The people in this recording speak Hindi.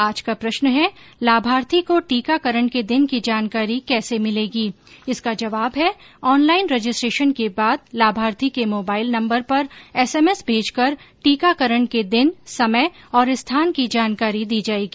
आज का प्रश्न है लाभार्थी को टीकाकरण के दिन की जानकारी कैसे मिलेगी इसका जवाब है ऑन लाईन रजिस्ट्रेशन के बाद लाभार्थी के मोबाइल नम्बर पर एसएमएस भेजकर टीकाकरण के दिन समय और स्थान की जानकारी दी जायेगी